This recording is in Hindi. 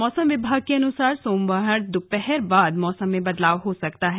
मौसम विभाग के अनुसार सोमवार दोपहर बाद मौसम में बदलाव हो सकता है